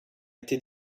été